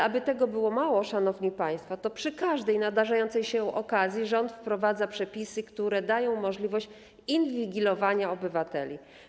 Jakby tego było mało, szanowni państwo, to przy każdej nadarzającej się okazji rząd wprowadza przepisy, które dają możliwość inwigilowania obywateli.